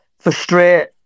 frustrate